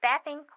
Staffing